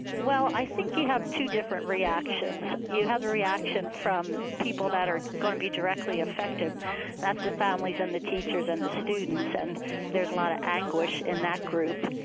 well, i think you have two different reactions. you have the reaction from people that are going to be directly affected. and that's the families and the teachers and the students. and there's a lot of anguish in that group.